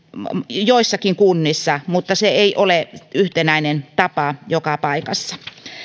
joissakin kunnissa mutta se ei ole yhtenäinen tapa joka paikassa